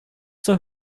zur